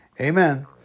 Amen